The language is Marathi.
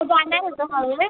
तू जाणार आहे का